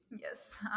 Yes